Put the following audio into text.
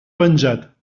penjat